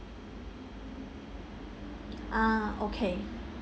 ah okay